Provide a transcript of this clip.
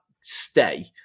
stay